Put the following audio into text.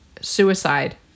suicide